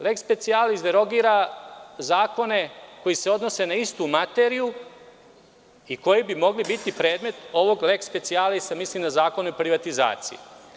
Leks specijalis derogira zakone koji se odnose na istu materiju i koji bi mogli biti predmet ovog leks specijalisa, a mislim na Zakon o privatizaciji.